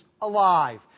alive